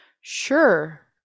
Sure